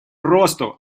росту